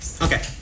okay